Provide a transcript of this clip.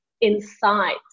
insights